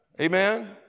Amen